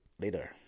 later